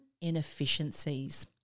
inefficiencies